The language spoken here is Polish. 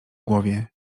głowie